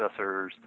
processors